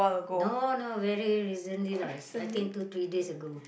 no no very recently lah I think two three days ago